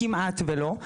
כמעט ולא.